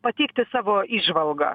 pateikti savo įžvalgą